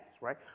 right